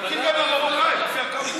תחלקי גם למרוקאים לפי המספר.